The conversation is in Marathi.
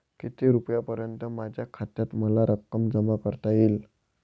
किती रुपयांपर्यंत माझ्या खात्यात मला रक्कम जमा करता येईल?